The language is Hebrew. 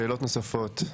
שאלות נוספות?